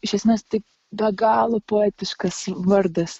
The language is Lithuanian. iš esmės tai be galo poetiškas vardas